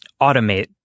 automate